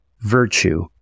virtue